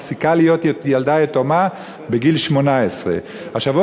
מפסיקה להיות ילדה יתומה בגיל 18. השבוע